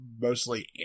mostly